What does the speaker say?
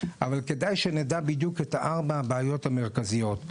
אבל כדאי שנדר בדיוק את ארבע הבעיות המרכזיות.